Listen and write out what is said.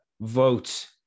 vote